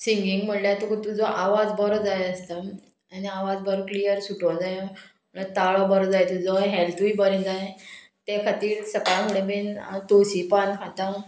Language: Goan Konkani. सिंगींग म्हणल्यार तुका तुजो आवाज बरो जाय आसता आनी आवाज बरो क्लियर सुटोंक जायो म्हणल्यार ताळो बरो जाय तुजो हेल्थूय बरें जाय तें खातीर सकाळ फुडें बीन हांव तवशीपान खातां